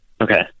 Okay